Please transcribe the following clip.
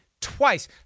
twice